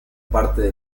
parte